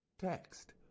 Text